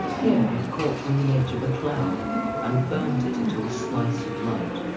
here it caught on the edge of a cloud and burnt it into a slice of light,